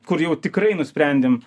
kur jau tikrai nusprendėm